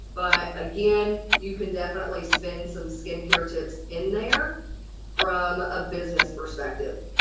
but again, you can definitely spend some skincare tips in there from a business perspective.